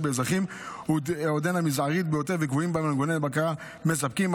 באזרחים עודנה מזערית ביותר וקבועים בה מנגנוני בקרה מספקים.